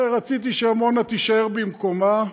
רציתי שעמונה תישאר במקומה.